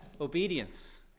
obedience